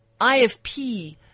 IFP